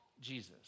Jesus